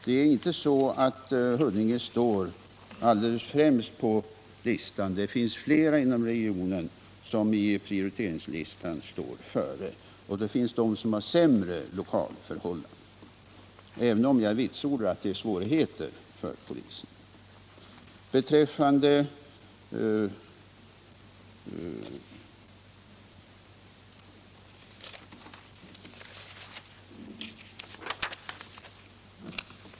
Det är inte så att Huddinge står allra främst på listan. Det finns flera polisdistrikt inom regionen som står före på prioriteringslistan, och det finns de som har sämre lokalförhållanden, även om jag vitsordar att det föreligger svårigheter för polisen i Huddinge.